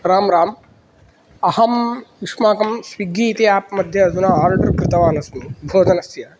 राम राम अहम् युष्माकं स्विग्गी इति एप् मध्ये अधुना ओर्डर् कृतवान् अस्मि भोजनस्य